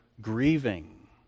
grieving